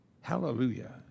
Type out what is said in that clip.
Hallelujah